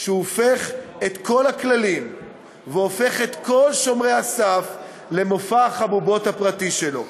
שהוא הופך את כל הכללים והופך את כל שומרי הסף למופע החבובות הפרטי שלו.